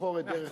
לבחור את דרך,